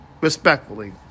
Respectfully